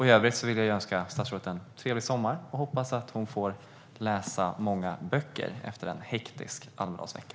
I övrigt vill jag önska statsrådet en trevlig sommar. Jag hoppas att hon får läsa många böcker efter en hektisk Almedalsvecka.